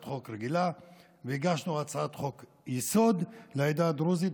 חוק רגילה והגשנו הצעת חוק-יסוד: העדה הדרוזית,